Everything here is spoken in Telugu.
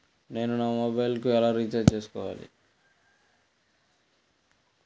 నేను నా మొబైల్కు ఎలా రీఛార్జ్ చేసుకోవాలి?